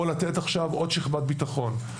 או לתת עכשיו עוד שכבת ביטחון.